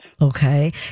Okay